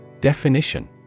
Definition